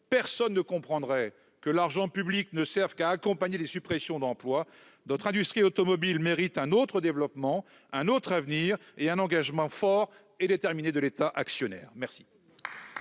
Personne ne comprendrait que l'argent public ne serve qu'à accompagner les suppressions d'emplois. Notre industrie automobile mérite un autre développement, un autre avenir et un engagement fort et déterminé de l'État actionnaire !